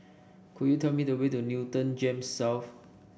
could you tell me the way to Newton Gems South